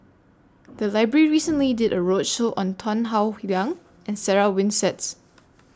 The Library recently did A roadshow on Tan Howe Liang and Sarah Winstedt